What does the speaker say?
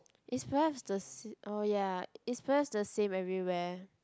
it's perhaps the oh ya it's perhaps the same everywhere